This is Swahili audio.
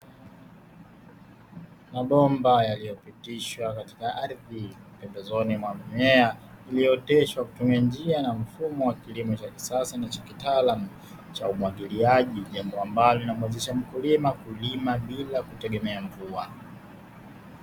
Mabomba yaliyo pitishwa katika ardhi pembezoni mwa mimea, iliyo oteshwa kwa kutumia njia na mfumo wa kilimo cha kisasa na cha kitaalamu cha umwagiliaji. Jambo ambalo linamuhamasisha mkulima kulima bila kutegemea kilimo.